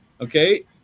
okay